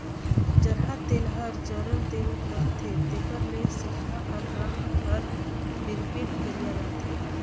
जरहा तेल हर जरल तेल रहथे तेकर ले सिगहा कर रग हर बिरबिट करिया रहथे